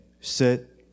sit